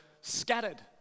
scattered